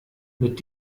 mit